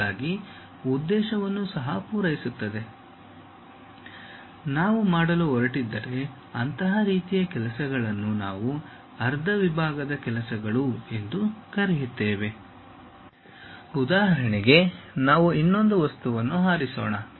ಹೀಗಾಗಿ ಉದ್ದೇಶವನ್ನು ಸಹ ಪೂರೈಸುತ್ತದೆ ನಾವು ಮಾಡಲು ಹೊರಟಿದ್ದರೆ ಅಂತಹ ರೀತಿಯ ಕೆಲಸಗಳನ್ನು ನಾವು ಅರ್ಧ ವಿಭಾಗದ ಕೆಲಸಗಳು ಎಂದು ಕರೆಯುತ್ತೇವೆ ಉದಾಹರಣೆಗೆ ನಾವು ಇನ್ನೊಂದು ವಸ್ತುವನ್ನು ಆರಿಸೋಣ